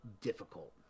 difficult